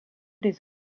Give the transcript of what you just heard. les